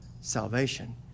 salvation